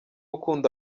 ukunda